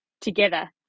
together